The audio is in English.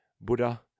Buddha